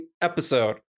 episode